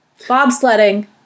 Bobsledding